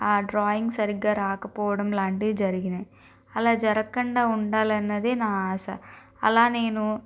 ఆ డ్రాయింగ్ సరిగ్గా రాకపోవడం లాంటిది జరిగింది అలా జరగకుండా ఉండాలన్నదే నా ఆశ అలా నేను